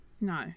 No